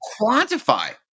Quantify